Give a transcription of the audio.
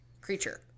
creature